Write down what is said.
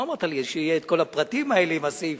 לא אמרת לי שיהיו את כל הפרטים האלה עם הסעיפים.